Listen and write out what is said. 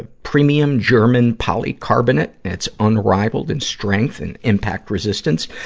ah premium german polycarbonate. it's unrivaled in strength and impact-resistance.